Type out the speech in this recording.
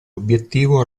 obiettivo